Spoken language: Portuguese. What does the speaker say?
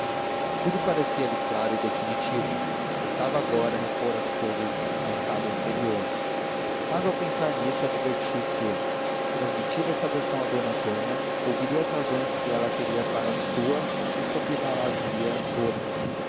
desespero tudo parecia-lhe claro e definitivo restava agora repor as cousas no estado anterior mas ao pensar nisso adverti que transmitida esta versão a d antônia ouviria as razões que ela teria para a sua e combiná las ia todas